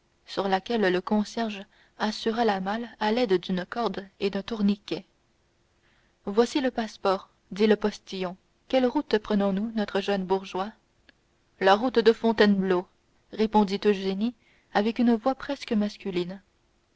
sur laquelle le concierge assura la malle à l'aide d'une corde et d'un tourniquet voici le passeport dit le postillon quelle route prenons nous notre jeune bourgeois la route de fontainebleau répondit eugénie avec une voix presque masculine